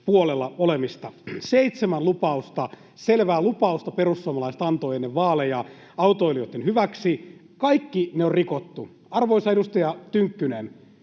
puolella olemista. Seitsemän lupausta, selvää lupausta, perussuomalaiset antoivat ennen vaaleja autoilijoitten hyväksi. Ne kaikki on rikottu. Arvoisa edustaja Tynkkynen,